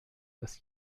dass